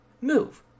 move